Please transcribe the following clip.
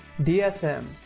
DSM